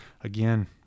again